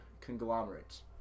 conglomerates